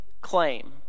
claim